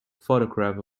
photograph